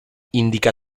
indica